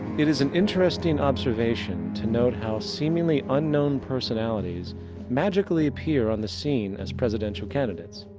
it is an interesting observation to note how seemingly unknown personalities magically appear on the scene as presidential candidates.